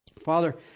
Father